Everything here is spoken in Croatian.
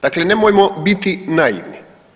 Dakle, nemojmo biti naivni.